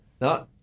no